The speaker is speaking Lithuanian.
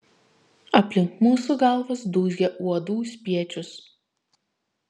aplink mūsų galvas dūzgia uodų spiečius